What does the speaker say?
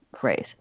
phrase